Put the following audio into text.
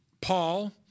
Paul